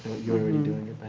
you were already doing it?